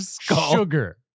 sugar